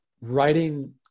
writing